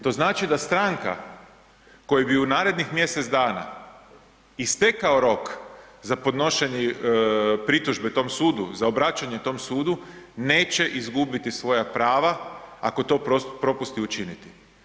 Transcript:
To znači da stranka kojoj bi u narednih mjesec dana istekao rok za podnošenje pritužbe tom sudu, za obraćanje tom sudu, neće izgubiti svoja prava ako to propusti učiniti.